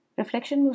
reflection